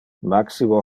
maximo